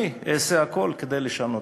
אני אעשה הכול כדי לשנותו.